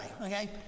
okay